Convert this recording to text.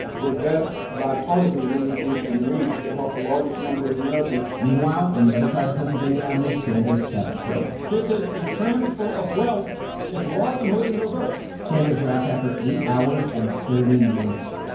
the best bipartisan agreement we can reach to help the largest number of americans meanwhile, on the other side of pennsylvania avenue, sanders kept going this is a transfer of wealth. it's robin hood in reverse sanders wrapped after eight hours and thirty minutes.